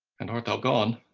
and art thou gone?